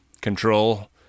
control